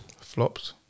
flopped